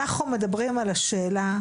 אנחנו מדברים על השאלה: